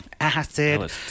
acid